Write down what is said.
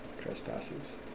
trespasses